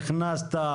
נכנסת,